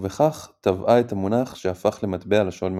ובכך טבעה את המונח שהפך למטבע לשון מקומי.